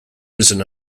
risen